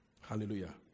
Hallelujah